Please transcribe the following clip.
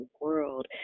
world